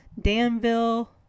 Danville